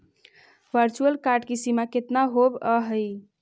virtual card की सीमा केतना होवअ हई